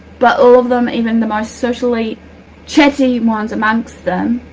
but, all of them even the most socially chatty ones amongst them,